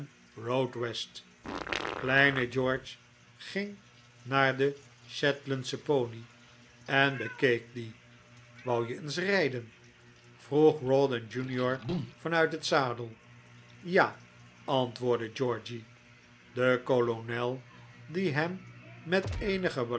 road west kleine george ging naar den shetlandschen pony en bekeek dien wou je eens rijden vroeg rawdon jr van uit het zadel ja antwoordde georgy de kolonel die hem met eenige